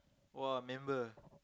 !wah! member